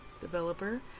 developer